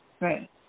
Right